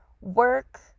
work